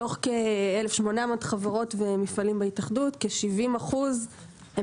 מתוך כ-1,800 חברות ומפעלים בהתאחדות, כ-70% הם